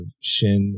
Shin